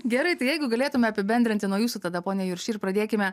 gerai tai jeigu galėtume apibendrinti nuo jūsų tada pone juršy ir pradėkime